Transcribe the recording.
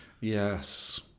Yes